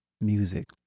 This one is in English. music